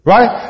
Right